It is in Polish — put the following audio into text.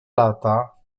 lata